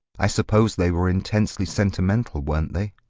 i suppose they were intensely sentimental, weren't they?